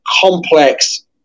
complex